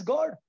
God